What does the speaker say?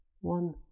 one